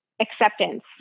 acceptance